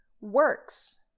works